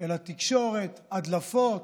אל התקשורת, הדלפות